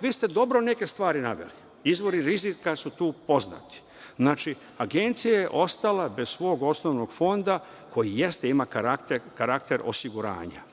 Vi ste dobro neke stvari naveli. Izvori rizika su tu poznati. Znači, Agencija je ostala bez svog osnovnog fonda koji jeste, ima karakter osiguranja.